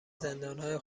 زندانهای